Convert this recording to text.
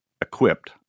equipped